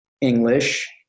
english